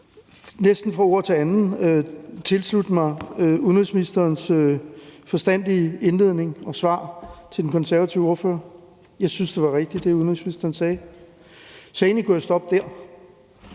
næsten ord til andet tilslutte mig udenrigsministerens forstandige indledning og svar til den konservative ordfører. Jeg synes, at det, som udenrigsministeren sagde, var rigtigt, og så kunne jeg egentlig stoppe der.